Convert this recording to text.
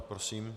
Prosím.